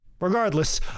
Regardless